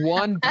one